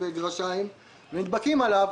נדבקים אליו.